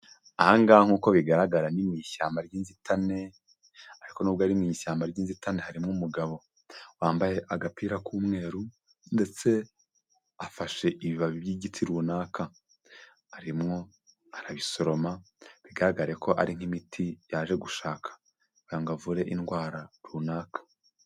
Aha ngaha nk'uko bigaragara ni mu ishyamba ry'inzitane, ariko nubwo ari mu ishyamba ry'inzitane harimo umugabo. Wambaye agapira k'umweru, ndetse afashe ibibabi by'igiti runaka, arimwo arabisoroma, bigaragare ko ari nk'imiti yaje gushaka. kugira ngo avure indwara runaka.